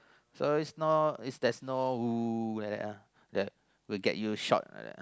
so it's not is there's no !ooh! like that would get you shot